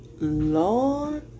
Lord